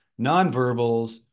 nonverbals